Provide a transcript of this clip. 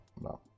no